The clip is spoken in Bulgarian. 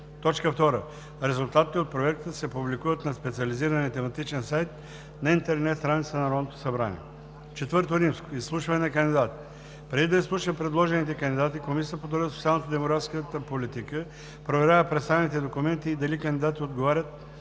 политика. 2. Резултатите от проверката се публикуват на специализирания тематичен сайт на интернет страницата на Народното събрание. IV. Изслушване на кандидатите. 1. Преди да изслуша предложените кандидати Комисията по труда, социалната и демографската политика проверява представените документи и дали кандидатите отговарят